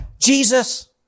Jesus